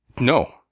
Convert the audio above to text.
No